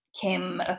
came